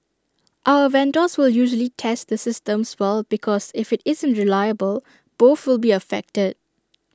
our vendors will usually test the systems well because if IT isn't reliable both will be affected